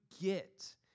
get